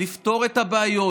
לפתור את הבעיות.